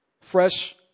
Fresh